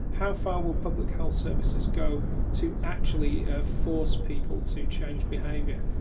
how far will public health services go to actually ah force people to change behavior?